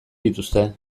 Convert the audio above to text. dituzte